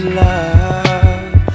love